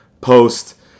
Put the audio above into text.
post